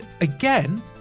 again